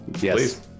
Yes